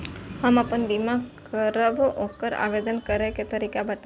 हम आपन बीमा करब ओकर आवेदन करै के तरीका बताबु?